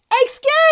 excuse